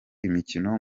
imikino